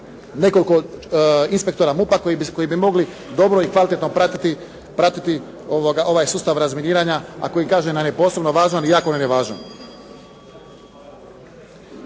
nekoliko inspektora MUP-a koji bi mogli dobro i kvalitetno pratiti ovaj sustav razminiranja a koji kažem nam je posebno važan i jako nam je važan.